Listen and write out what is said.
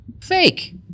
Fake